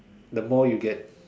the more you get